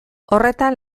horretan